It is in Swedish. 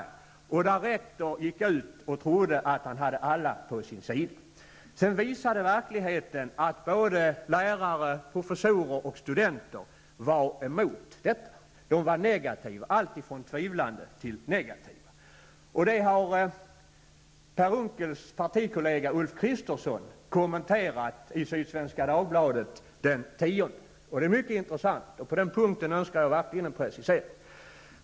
Rektorn där gick ut och trodde att han hade alla på sin sida, och sedan visade verkligheten att både lärare, professorer och studenter var emot detta. De var alltifrån tvivlande till negativa. Per Unckels partikollega Ulf Kristersson har kommenterat detta i Sydsvenska Dagbladet. Det är mycket intressant, och på den punkten önskar jag verkligen en precisering.